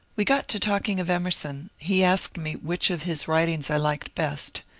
we got to talking of emerson. he asked me which of his writings i liked best.